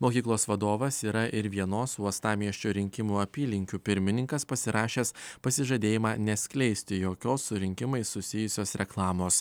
mokyklos vadovas yra ir vienos uostamiesčio rinkimų apylinkių pirmininkas pasirašęs pasižadėjimą neskleisti jokios su rinkimais susijusios reklamos